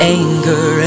anger